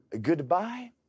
Goodbye